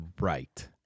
Right